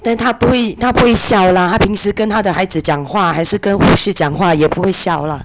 then 她不她不会笑 lah 她平时跟她的孩子讲话还是跟护士讲话也不会笑 lah